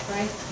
Right